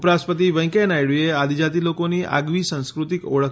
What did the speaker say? ઉપરાષ્ટ્રપતિ વૈકેંયા નાયડુએ આદિજાતિ લોકોની આગવી સાંસ્કૃતિક ઓળખ